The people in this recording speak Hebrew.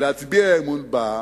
להצביע אמון בה,